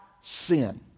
sin